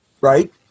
Right